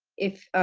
if